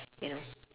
you know